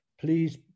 Please